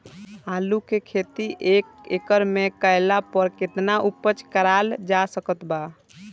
आलू के खेती एक एकड़ मे कैला पर केतना उपज कराल जा सकत बा?